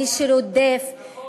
מי שרודף, נכון.